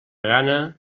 gana